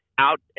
out